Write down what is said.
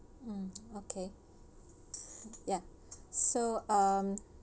mm okay ya so um